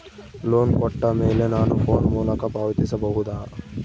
Loan ಕೊಟ್ಟ ಮೇಲೆ ನಾನು ಫೋನ್ ಮೂಲಕ ಪಾವತಿಸಬಹುದಾ?